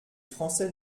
français